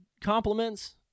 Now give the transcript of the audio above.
compliments